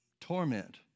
torment